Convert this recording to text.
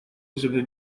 żeby